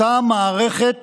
אותה מערכת